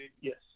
Yes